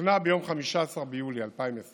תוקנה ביום 15 ביולי 2020